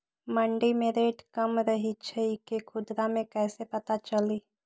मंडी मे रेट कम रही छई कि खुदरा मे कैसे पता चली?